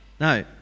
No